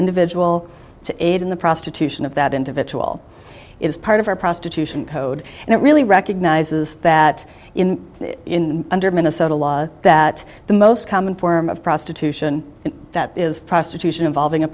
individual to aid in the prostitution of that individual is part of our prostitution code and it really recognizes that in under minnesota law that the most common form of prostitution that is prostitution involving a